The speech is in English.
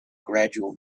gradual